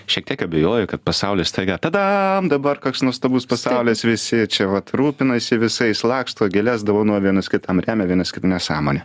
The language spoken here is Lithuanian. šiek tiek abejoju kad pasaulis staiga tadam dabar koks nuostabus pasaulis visi čia vat rūpinasi visais laksto gėles dovanoja vienas kitam remia vienas kitą nesąmonė